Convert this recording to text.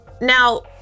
Now